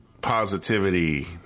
positivity